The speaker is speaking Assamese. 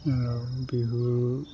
আৰু বিহুৰ